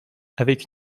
avec